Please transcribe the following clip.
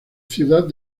ciudad